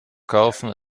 kaufen